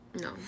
No